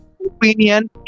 Opinion